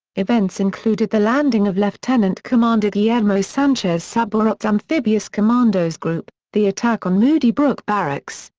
events included the landing of lieutenant commander guillermo sanchez-sabarots' amphibious commandos group, the attack on moody brook barracks,